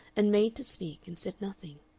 and made to speak and said nothing.